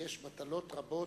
שיש מטלות רבות,